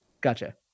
Gotcha